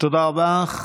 תודה רבה.